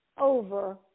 over